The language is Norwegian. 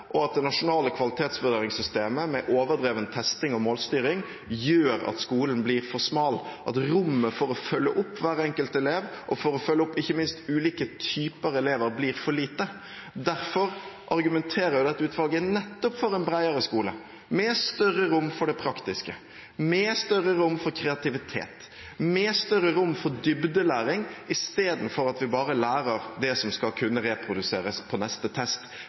instrumentell, at det nasjonale kvalitetsvurderingssystemet med overdreven testing og målstyring gjør at skolen blir for smal, og at rommet for å følge opp hver enkelt elev og for å følge opp ikke minst ulike typer elever blir for lite. Derfor argumenterer dette utvalget nettopp for en bredere skole, med større rom for det praktiske, med større rom for kreativitet og med større rom for dybdelæring, istedenfor at vi bare lærer det som skal kunne reproduseres på neste test.